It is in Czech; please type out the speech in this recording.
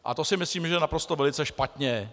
A to si myslím, že je naprosto, velice špatně.